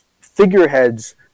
Figureheads